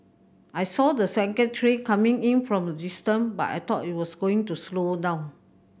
I saw the second train coming in from a distance but I thought it was going to slow down